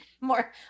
more